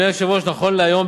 נכון להיום,